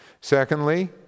Secondly